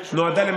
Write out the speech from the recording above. באוגנדה.